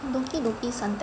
dookki dookki Suntec